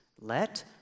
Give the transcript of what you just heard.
let